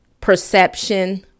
perception